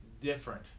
different